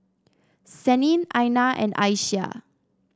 Senin Aina and Aisyah